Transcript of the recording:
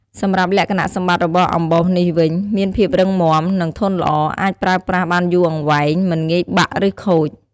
សម្រាប់លក្ខណៈសម្បត្តិរបស់់អំបោសនេះវិញ មានភាពរឹងមាំ និងធន់ល្អ អាចប្រើប្រាស់បានយូរអង្វែង មិនងាយបាក់ ឬខូច។